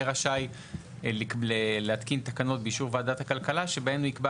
יהיה רשאי להתקין תקנות באישור ועדת הכלכלה שבהן הוא יקבע